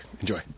enjoy